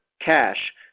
cash